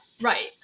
right